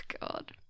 God